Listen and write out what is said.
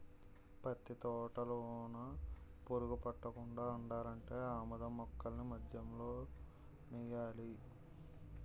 పత్తి తోటలోన పురుగు పట్టకుండా ఉండాలంటే ఆమదం మొక్కల్ని మధ్యలో నెయ్యాలా